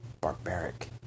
barbaric